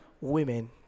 women